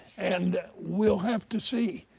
and we'll have to see.